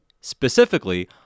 Specifically